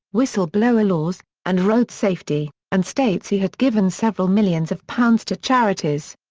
whistleblower laws, and road safety, and states he had given several millions of pounds to charities.